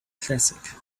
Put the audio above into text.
classic